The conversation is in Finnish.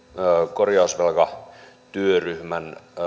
korjausvelkatyöryhmän